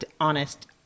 honest